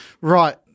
Right